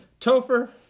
Topher